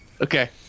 Okay